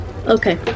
Okay